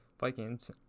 Vikings